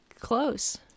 close